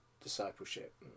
discipleship